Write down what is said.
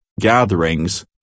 gatherings